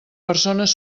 persones